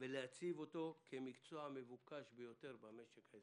ולהציבו כמקצוע מבוקש ביותר במשק.